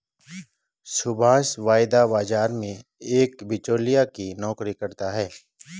सुभाष वायदा बाजार में एक बीचोलिया की नौकरी करता है